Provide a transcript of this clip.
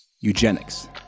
eugenics